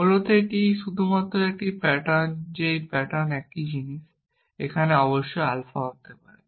মূলত এটি শুধুমাত্র একটি প্যাটার্ন যে একটি প্যাটার্ন একই জিনিস এখানে অবশ্যই আলফা হতে পারে